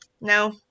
No